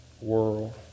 world